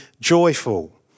joyful